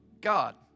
God